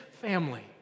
family